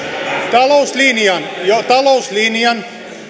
talouslinjan talouslinjan